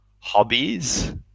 hobbies